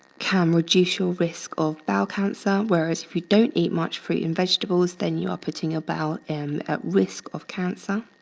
can reduce your risk of bowel cancer, whereas if you don't eat much fruit and vegetables, then you are putting your bowel and at risk of cancer.